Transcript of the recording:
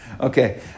Okay